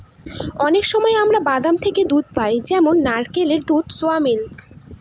অনেক সময় আমরা বাদাম থেকে দুধ পাই যেমন নারকেলের দুধ, সোয়া মিল্ক